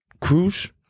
cruise